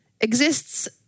exists